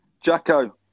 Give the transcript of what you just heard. Jacko